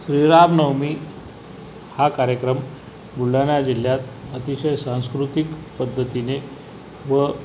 श्रीरामनवमी हा कार्यक्रम बुलढाणा जिल्ह्यात अतिशय सांस्कृतिक पद्धतीने व